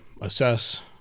assess